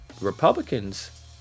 Republicans